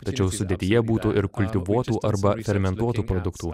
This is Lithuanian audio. tačiau sudėtyje būtų ir kultivuotų arba fermentuotų produktų